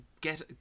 get